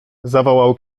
zawołał